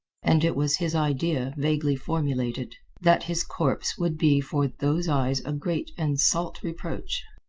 and it was his idea, vaguely formulated, that his corpse would be for those eyes a great and salt reproach.